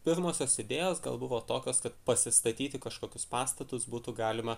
pirmosios idėjos buvo tokios kad pasistatyti kažkokius pastatus būtų galima